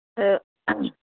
ꯑꯥ